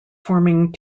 forming